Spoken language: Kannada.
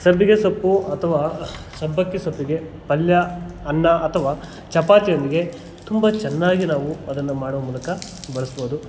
ಸಬ್ಬಸಿಗೆ ಸೊಪ್ಪು ಅಥವಾ ಸಬ್ಬಕ್ಕಿ ಸೊಪ್ಪಿಗೆ ಪಲ್ಯ ಅನ್ನ ಅಥವಾ ಚಪಾತಿಯೊಂದಿಗೆ ತುಂಬ ಚೆನ್ನಾಗಿ ನಾವು ಅದನ್ನು ಮಾಡೊ ಮೂಲಕ ಬಳಸ್ಬೋದು